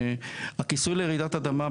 הכיסוי לרעידת אדמה,